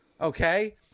Okay